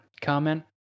comment